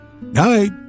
Night